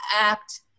act